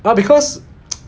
well because